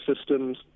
systems